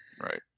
Right